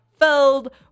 filled